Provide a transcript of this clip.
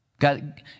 God